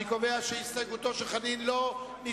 אני קובע שהסתייגותו של חבר הכנסת חנין לא נתקבלה.